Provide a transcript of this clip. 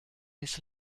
miss